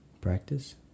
Practice